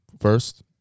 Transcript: first